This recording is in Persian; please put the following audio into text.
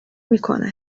میکنه